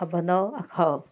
अँ बनाउ आओर खाउ